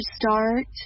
start